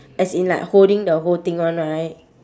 as in like holding the whole thing one right